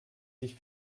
sich